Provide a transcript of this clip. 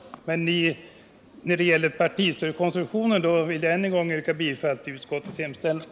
Men när det gäller partistödskonstruktionen vill jag än en gång yrka bifall till utskottets hemställan.